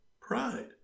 pride